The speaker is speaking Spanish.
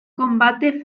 combate